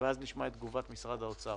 ואז נשמע את תגובת משרד האוצר.